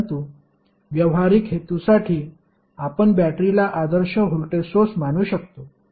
परंतु व्यावहारिक हेतूसाठी आपण बॅटरीला आदर्श व्होल्टेज सोर्स मानू शकतो